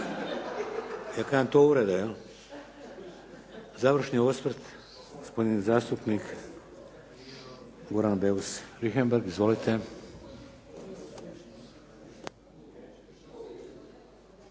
Ja kažem to je uvreda je li. Završni osvrt gospodin zastupnik Goran Beus Richembergh. Izvolite.